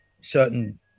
certain